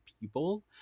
people